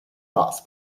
pass